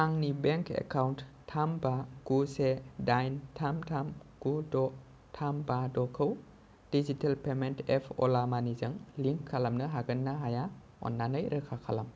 आंनि bank account थाम बा गु से दाइन थाम थाम गु द' थाम बा द'खौ डिजिटेल पेमेन्ट एप अला मानिजों लिंक खालामनो हागोन ना हाया अन्नानै रोखा खालाम